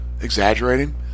exaggerating